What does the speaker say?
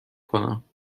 کنم